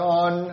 on